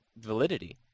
validity